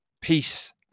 peace